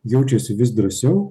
jaučiasi vis drąsiau